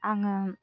आङो